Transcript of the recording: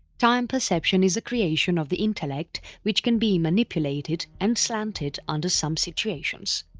time perception is a creation of the intellect which can be manipulated and slanted under some situations.